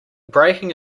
breaking